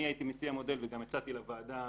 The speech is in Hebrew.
אני הייתי מציע מודל וגם הצעתי לוועדה